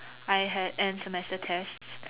I had end semester tests